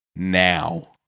Now